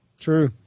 True